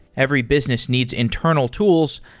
every business needs internal tools,